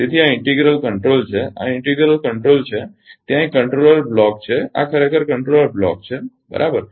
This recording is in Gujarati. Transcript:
તેથી આ ઇન્ટિગ્રલ કંટ્રોલ છે આ ઇન્ટિગ્રલ કંટ્રોલ છે ત્યાં એક કંટ્રોલર બ્લોક છે આ ખરેખર કંટ્રોલર બ્લોક છે બરાબર